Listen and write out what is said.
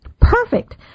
Perfect